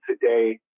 today